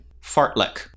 fartlek